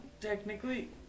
technically